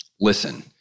Listen